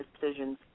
decisions